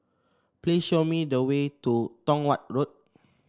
please show me the way to Tong Watt Road